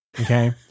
Okay